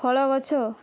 ଫଳଗଛ